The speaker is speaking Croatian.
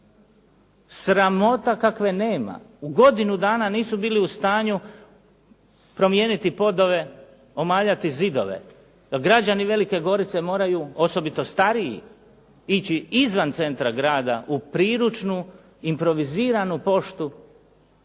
Sramota kakve nema. U godinu dana nisu bili u stanju promijeniti podove, omaljati zidove. Građani Velike Gorice moraju, osobito stariji ići izvan centra grada u priručnu improviziranu poštu.